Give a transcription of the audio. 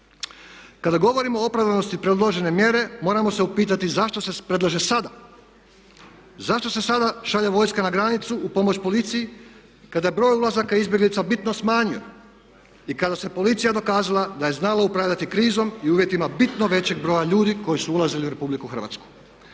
Kada govorimo o opravdanosti predložene mjere moramo se upitati zašto se predlaže sada. Zašto se sada šalje vojska na granicu u pomoć policiji kada se broj ulazaka izbjeglica bitno smanjio i kada se policija dokazala da je znala upravljati krizom i uvjetima bitno većeg broja ljudi koji su ulazili u Republiku Hrvatsku?